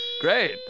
Great